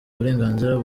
uburenganzira